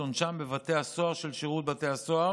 עונשם בבתי הסוהר של שירות בתי הסוהר.